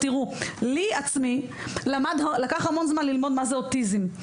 תראו, לי עצמי לקח המון זמן ללמוד מה זה אוטיזם.